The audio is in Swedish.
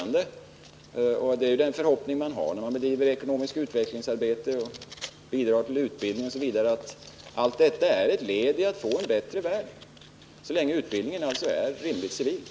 När man bedriver ekonomiskt utvecklingsarbete, ger bidrag till utbildning m.m., hoppas man juatt detta, så länge utbildningen är civil, skall kunna vara ett led i arbetet på att få en bättre värld.